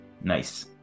Nice